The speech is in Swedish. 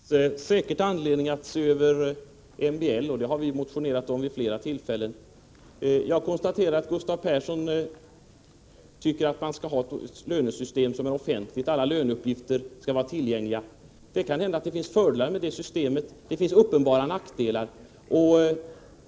Herr talman! Det finns säkert anledning att se över MBL. Det har vi motionerat om vid flera tillfällen. Jag konstaterar att Gustav Persson tycker att man skall ha ett lönesystem som är offentligt. Alla löneuppgifter skall vara tillgängliga. Det finns kanske fördelar med ett sådant system, men det finns också uppenbara nackdelar.